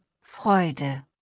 Freude